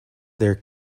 there